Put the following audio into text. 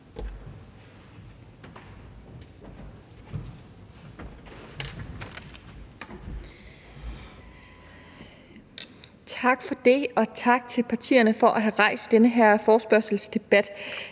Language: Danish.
Tak for det, og tak til partierne for at have rejst den her forespørgselsdebat.